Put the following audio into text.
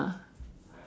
ah